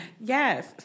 Yes